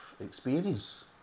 experience